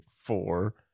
four